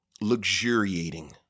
luxuriating